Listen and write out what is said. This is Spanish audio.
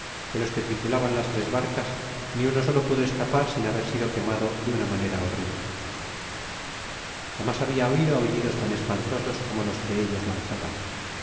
que los que tripulaban las tres barcas ni uno solo pudo escapar sin haber sido quemado de una manera horrible jamás habia oido aullidos tan espantosos como los que ellos lanzaban